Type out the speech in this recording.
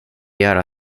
göra